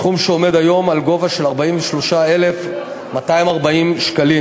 סכום שעומד היום על 43,240 שקלים.